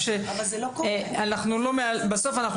בסוף,